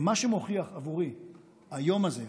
מה שמוכיח עבורי היום הזה,